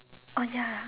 oh ya